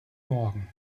morgen